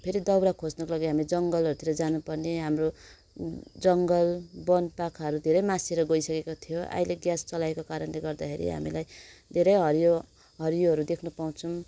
फेरि दाउरा खोज्नुको लागि हामी जङ्गलहरूतिर जानुपर्ने हाम्रो जङ्गल बनपाखाहरू धेरै मासेर गोइसकेको थियो अहिले ग्यास चलाएको कारणले गर्दाखेरि हामीलाई धेरै हरियो हरियोहरू देख्नु पाउँछौँ